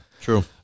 True